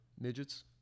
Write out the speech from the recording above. Midgets